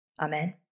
Amen